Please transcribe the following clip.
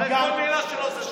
אתה מטיף לו מוסר, על מה?